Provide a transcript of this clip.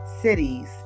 cities